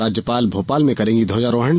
राज्यपाल भोपाल में करेंगी ध्वजारोहण